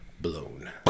blown